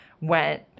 went